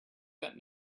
that